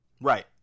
Right